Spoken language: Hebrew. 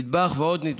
נדבך ועוד נדבך,